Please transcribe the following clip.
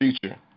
future